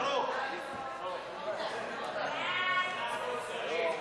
חוק שוויון זכויות